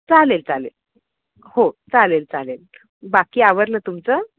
चालेल चालेल हो चालेल चालेल बाकी आवरलं तुमचं